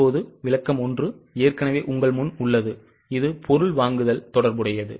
இப்போது விளக்கம் 1 ஏற்கனவே உங்கள் முன் உள்ளது இது பொருள் வாங்குதல் தொடர்புடையது